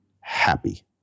happy